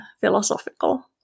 philosophical